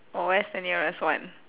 orh where's the nearest one